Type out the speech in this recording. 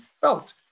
felt